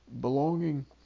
belonging